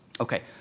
Okay